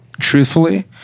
truthfully